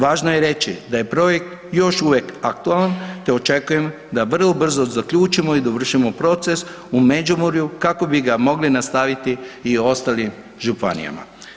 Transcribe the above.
Važno je reći da je projekt još uvijek aktualan te očekujem da vrlo brzo zaključimo i dovršimo proces u Međimurju kako bi ga mogli nastaviti i u ostalim županijama.